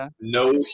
no